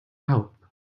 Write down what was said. help